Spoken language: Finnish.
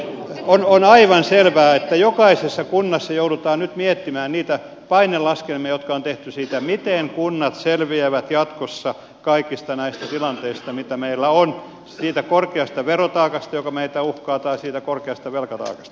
on aivan selvää että jokaisessa kunnassa joudutaan nyt miettimään niitä painelaskelmia jotka on tehty siitä miten kunnat selviävät jatkossa kaikista näistä tilanteista mitä meillä on siitä korkeasta verotaakasta joka meitä uhkaa tai siitä korkeasta velkataakasta